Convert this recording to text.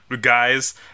guys